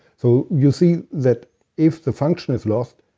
so, you see that if the function is lost,